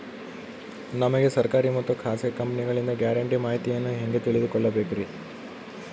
ನಮಗೆ ಸರ್ಕಾರಿ ಮತ್ತು ಖಾಸಗಿ ಕಂಪನಿಗಳಿಂದ ಗ್ಯಾರಂಟಿ ಮಾಹಿತಿಯನ್ನು ಹೆಂಗೆ ತಿಳಿದುಕೊಳ್ಳಬೇಕ್ರಿ?